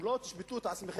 אם לא תשפטו את עצמכם,